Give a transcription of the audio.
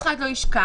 אף אחד שלא ישכח.